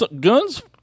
Guns